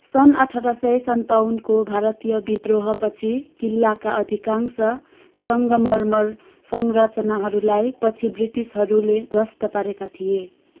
सन् अठार सय सन्ताउन्नको भारतीय विद्रोहपछि किल्लाका अधिकांश सङ्गमर्मर संरचनाहरूलाई पछि ब्रिटिसहरूले ध्वस्त पारेका थिए